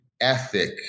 ethic